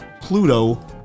Pluto